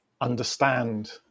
understand